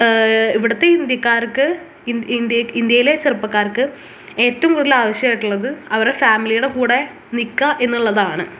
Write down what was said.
ഇവിടുത്തെ ഇന്ത്യക്കാർക്ക് ഇന്ത്യ ഇന്ത്യയിലെ ചെറുപ്പക്കാർക്ക് ഏറ്റവും കൂടുതലാവശ്യമായിട്ടുള്ളത് അവരുടെ ഫാമിലിയുടെ കൂടെ നിൽക്കുക എന്നുള്ളതാണ്